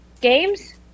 Games